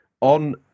on